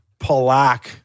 Palak